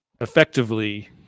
effectively